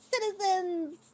citizens